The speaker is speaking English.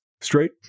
straight